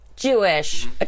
Jewish